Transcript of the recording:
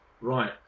Right